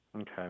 Okay